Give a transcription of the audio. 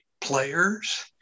players